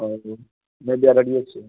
اور میں گیا رٹی اس سے